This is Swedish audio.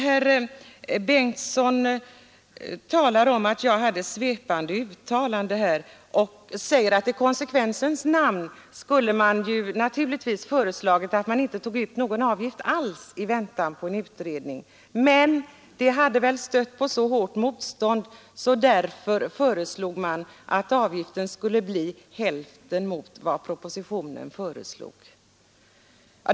Herr Bengtson talade om att jag gjorde svepande uttalanden och säger att i konsekvensens namn skulle man naturligtvis ha föreslagit att inte ta ut någon avgift alls i väntan på utredningen, men det hade väl stött på så hårt motstånd, och därför föreslog man att avgiften skulle bli hälften mot vad propositionen föreslog.